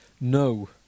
No